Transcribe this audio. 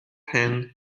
pin